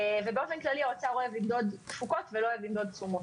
באופן כללי האוצר אוהב למדוד תפוקות ולא אוהב למדוד תשומות.